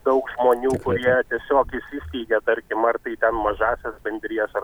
daug žmonių kurie tiesiog įsisteigia tarkim ar tai ten mažąsias bendrijas ar